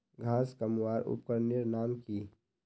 घांस कमवार उपकरनेर नाम की?